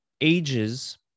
ages